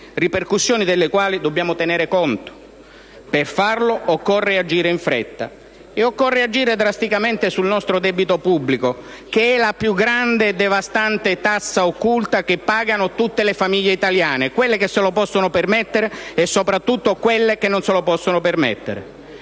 ripercussioni delle quali dobbiamo tener conto. Per farlo occorre agire in fretta e occorre agire drasticamente sul nostro debito pubblico, che è la più grande e devastante tassa occulta che pagano tutte le famiglie italiane, quelle che se lo possono permettere e, soprattutto, quelle che non se lo possono permettere.